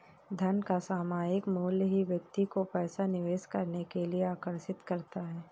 धन का सामायिक मूल्य ही व्यक्ति को पैसा निवेश करने के लिए आर्कषित करता है